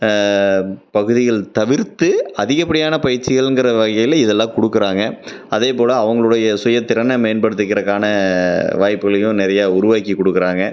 பகுதிகள் தவிர்த்து அதிகப்படியான பயிற்சிகளுங்கிற வகையில் இதெல்லாம் கொடுக்குறாங்க அதேபோல் அவங்களுடைய சுய திறனை மேம்படுத்திக்கிறதுக்கான வாய்ப்புகளையும் நிறைய உருவாக்கிக் கொடுக்குறாங்க